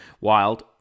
Wild